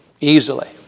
easily